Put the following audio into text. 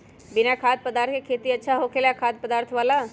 बिना खाद्य पदार्थ के खेती अच्छा होखेला या खाद्य पदार्थ वाला?